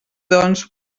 doncs